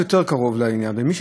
זו שאלה של דרך,